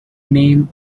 name